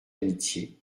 amitié